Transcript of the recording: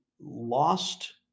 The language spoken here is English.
lost